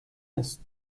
است